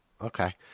Okay